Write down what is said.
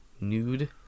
nude